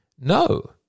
No